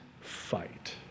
fight